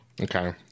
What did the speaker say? Okay